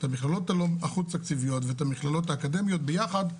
את המכללות החוץ-תקציביות ואת המכללות האקדמיות ביחד,